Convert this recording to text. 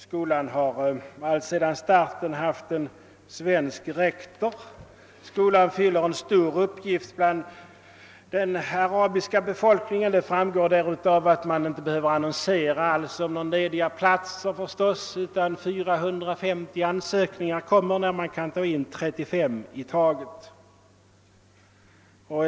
Skolan som alltsedan starten har haft en svensk rektor fyller en stor uppgift bland den arabiska befolkningen, vilket framgår av att man inget år behövt annonsera utbildningsplatser; 450 ansökningar inlämnas likväl trots att man bara kan ta emot 35 elever åt gången.